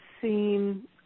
seem